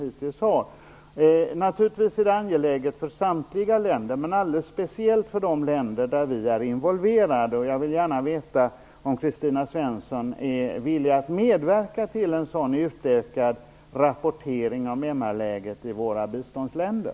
Det är naturligtvis angeläget för samtliga länder, men alldeles speciellt för de länder där vi är involverade. Jag vill gärna veta om Kristina Svensson är villig att medverka till en sådan utökad rapportering om MR-läget i våra biståndsländer.